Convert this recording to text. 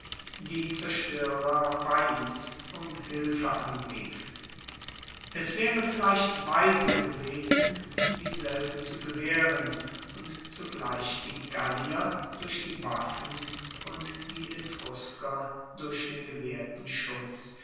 die zerstoerer veiis um hilfe anrief es waere vielleicht weise gewesen dieselbe zu gewaehren und zugleich die gallier durch die waffen und die etrusker durch den gewaehrten schutz